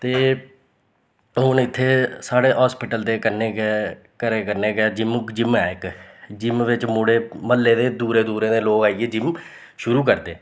ते हून इत्थें साढ़ै हास्पिटल दे कन्नै गै घरें कन्नै गै जिम जिम ऐ इक जिम बिच्च मुड़े म्हल्ले दे दूरा दूरा दे लोक आइयै जिम शुरू करदे